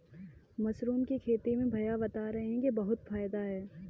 mushroom की खेती में भैया बता रहे थे कि बहुत फायदा है